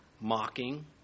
mocking